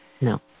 No